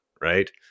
right